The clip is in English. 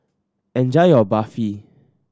enjoy your Barfi